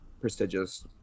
prestigious